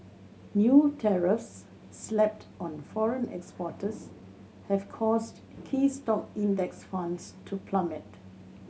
new tariffs slapped on foreign exporters have caused key stock Index Funds to plummet